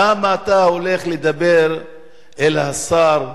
למה אתה הולך לדבר אל השר,